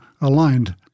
aligned